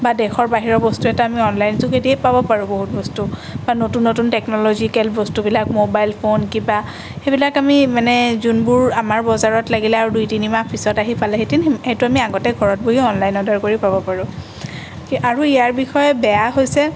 বা দেশৰ বাহিৰৰ বস্তু এটা আমি অনলাইন যোগেদিয়েই পাব পাৰোঁ বহুত বস্তু বা নতুন নতুন টেকনলজিকেল বস্তুবিলাক মোবাইল ফোন কিবা সেইবিলাক আমি মানে যোনবোৰ আমাৰ বজাৰত লাগিলে আৰু দুই তিনিমাহ পিছত আহি পালেহেঁতেন সেইটো আমি আগতে ঘৰত বহি অনলাইন অৰ্ডাৰ কৰি পাব পাৰোঁ ই আৰু ইয়াৰ বিষয়ে বেয়া হৈছে